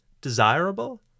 desirable